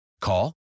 Call